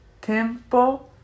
tempo